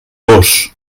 gos